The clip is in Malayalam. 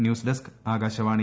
news desk Akashvani